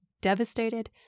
devastated